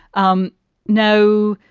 um know,